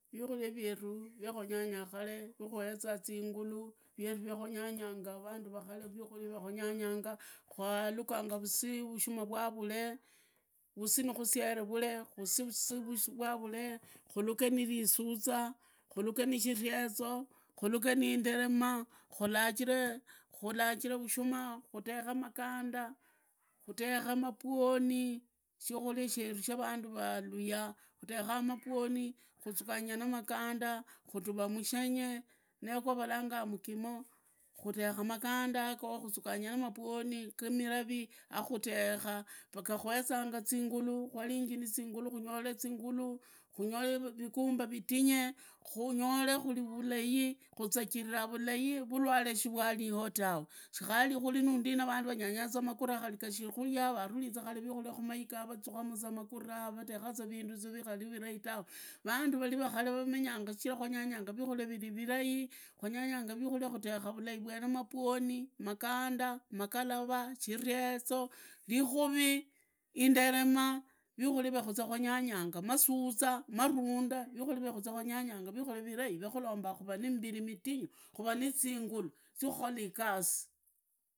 Vikuria vyeru vya kwanyanya khare, vyakueza zinguli, kwaluganga vasi, vushama vwavule, vusi, nirihusiere vule, kusii vusi vwavule, khuruge nirisuza, khuruge nishirezo, khuruge ni indirema khulajile rushumu khuteke maganda, khuteghe mabwoni, shikuria sheru sha randu valuhya khuteghe mabwoni ya mivavi akhutegha gaga kwezanga zingulu, kwaringi nizingulu kunyore zingulu, khungole vigumba vitinye, khunyole kuri vala, khuzagira vulai, vulwale shuvwalio tawe. Shirikhali kuri nu ndina vandu vanganyaza magura kari gakiri kugaa vururize khare vikuria kamaiga avazuge za mu magara vudekaza vindu vikhari vilai tawe, vandu vakhale vamenyanga shichira kwanyanyanga vikuria kumaiga avazuege za mu magara vuderiaza vindu vikhari vilai tawe, vandu vakhale vamenyanga shichira kwanyanyanga vikaria viri vilai, kwanganyanga vikuria khutegha vulai mabwoni, maganda, makalava, mireso, likuvi, inderema, vimuria vya kuzee kwanyanyanga mazuza, marundu, vikuria vya kuzee kwanyanganya vikuria vilai, vyakhulombanga khura na mbiri mitingu, khura nizingulu zya khuhula igasi.